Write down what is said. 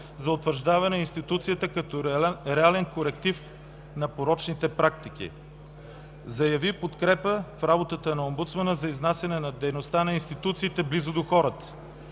за утвърждаване на институцията като реален коректив на порочните практики. Заяви подкрепа в работата на омбудсмана за изнасяне на дейността на институциите близо до хората.